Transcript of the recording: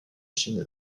chine